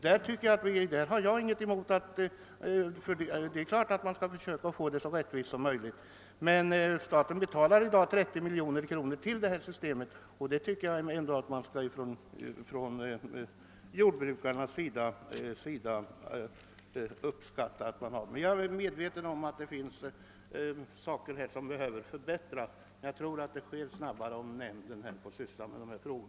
Det har jag ingenting emot; det är klart att man bör försöka få det så rättvist som möjligt. Men staten betalar i dag 30 miljoner kronor till detta system, och det tycker jag att jordbrukarna bör uppskatta. Jag är emellertid medveten om att det finns saker som behöver förbättras, men jag tror att det sker snabbare om nämnden får syssla med dessa frågor.